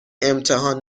امتحان